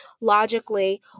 logically